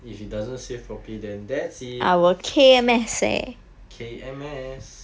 if it doesn't save properly then that's it K_M_S